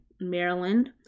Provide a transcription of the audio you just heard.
Maryland